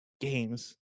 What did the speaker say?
games